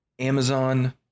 Amazon